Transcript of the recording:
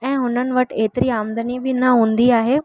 ऐं हुननि वटि एतिरी आमदनी बि न हूंदी आहे